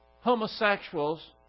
homosexuals